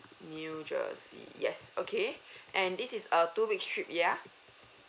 new jersey yes okay and this is a two weeks trip ya